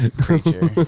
creature